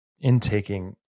intaking